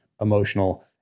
emotional